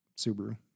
Subaru